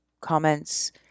comments